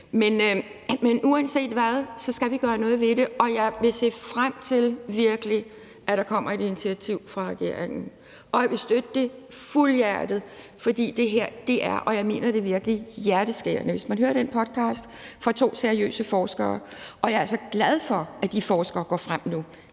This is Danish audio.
Men uanset hvad skal vi gøre noget ved det, og jeg vil virkelig se frem til, at der kommer et initiativ fra regeringen, og jeg vil støtte det fuldhjertet. For det her er, og det mener jeg virkelig, hjerteskærende, hvis man hører den podcast fra de to seriøse forskere. Og jeg er altså glad or, at de forskere stiller sig